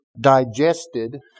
digested